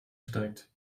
steigt